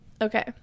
Okay